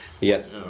Yes